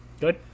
Good